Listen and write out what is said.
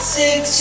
six